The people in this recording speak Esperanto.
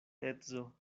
edzo